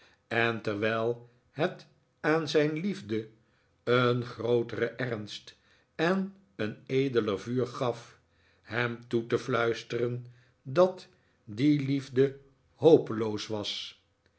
en terwijl het aan zijn liefde een grooteren ernst en een edeler vuur gaf hem toe te fluisteren dat die liefde hopeloos was